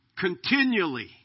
continually